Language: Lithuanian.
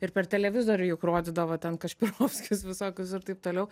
ir per televizorių juk rodydavo ten kašpirovskius visokius ir taip toliau